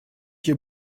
your